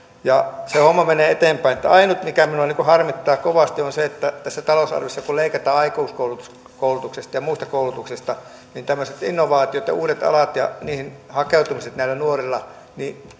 ja se homma menee eteenpäin ainut mikä minua harmittaa kovasti on se että kun tässä talousarviossa leikataan aikuiskoulutuksesta ja muusta koulutuksesta niin tämmöiset innovaatiot ja uudet alat ja niihin hakeutumiset nuorilla